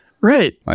right